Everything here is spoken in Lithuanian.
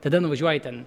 tada nuvažiuoji ten